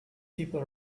people